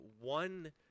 one